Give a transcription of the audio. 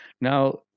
Now